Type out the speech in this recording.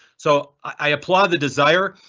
so i applaud the desire.